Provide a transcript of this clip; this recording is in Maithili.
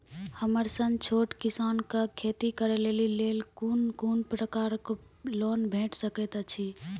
हमर सन छोट किसान कअ खेती करै लेली लेल कून कून प्रकारक लोन भेट सकैत अछि?